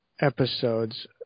episodes